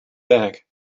back